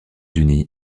unis